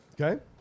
Okay